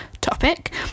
topic